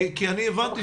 כי אני הבנתי